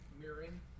mirroring